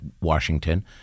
Washington